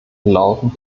lauten